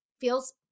feels